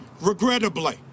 Regrettably